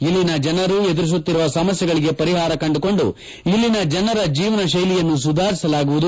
ಇಲ್ಲಿನ ಜನರು ಎದುರಿಸುತ್ತಿರುವ ಸಮಸ್ನೆಗಳಿಗೆ ಪರಿಹಾರ ಕಂಡುಕೊಂಡು ಇಲ್ಲಿನ ಜನರ ಜೀವನ ಶೈಲಿಯನ್ನು ಸುಧಾರಿಸಲಾಗುವುದು